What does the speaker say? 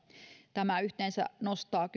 tämä nostaa